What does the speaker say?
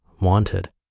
wanted